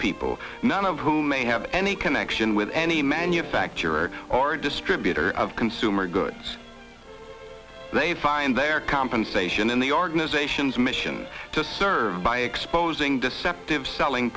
people none of whom may have any connection with any manufacturer or distributor of consumer goods they find their compensation in the organization's mission to serve by exposing deceptive selling